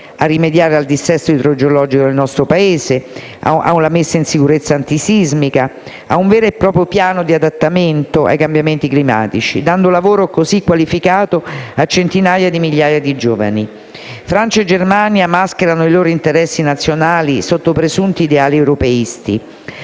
a rimediare al dissesto idrogeologico del nostro Paese, alla messa in sicurezza antisismica e a un vero e proprio piano di adattamento ai cambiamenti climatici, dando così lavoro qualificato a centinaia di migliaia di giovani. Francia e Germania mascherano i loro interessi nazionali sotto presunti ideali europeisti.